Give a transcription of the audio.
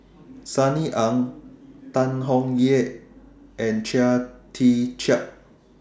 Sunny Ang Tan Tong Hye and Chia Tee Chiak